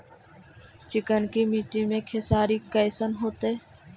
चिकनकी मट्टी मे खेसारी कैसन होतै?